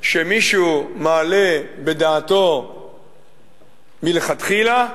שמישהו מעלה בדעתו מלכתחילה,